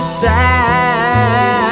sad